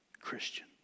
Christian